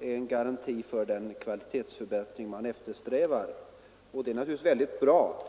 är en garanti för den kvalitetsförbättring man eftersträvar. Det är naturligtvis mycket bra.